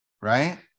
right